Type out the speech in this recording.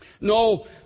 No